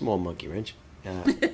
mall monkeywrench do